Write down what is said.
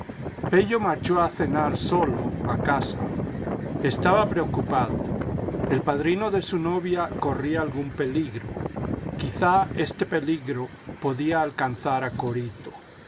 marchó a cenar solo a su casa estaba preocupado el padrino de su novia corría algún peligro quizá este peligro podía alcanzar a corito